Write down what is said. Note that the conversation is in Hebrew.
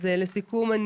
לסיכום,